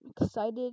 excited